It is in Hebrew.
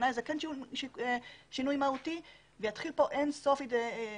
שבעיניו זה כן שינוי מהותי ויתחילו כאן אין סוף ויכוחים.